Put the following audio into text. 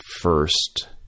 first